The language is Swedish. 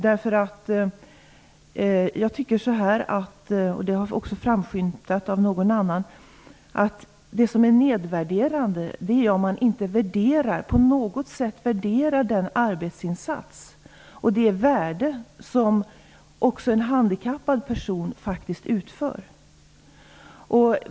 Det som är nedvärderande är om man inte på något sätt värderar den arbetsinsats som också en handikappad person faktiskt utför. Detta är en uppfattning som också någon annan framförde i debatten.